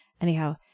anyhow